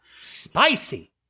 Spicy